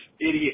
idiot